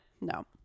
No